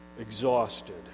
exhausted